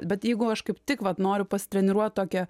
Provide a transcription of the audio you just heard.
bet jeigu aš kaip tik vat noriu pasitreniruot tokią